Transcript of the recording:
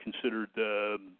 considered